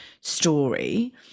story